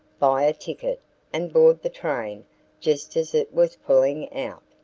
buy a ticket and board the train just as it was pulling out.